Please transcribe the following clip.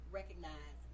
recognize